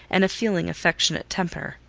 and a feeling, affectionate temper.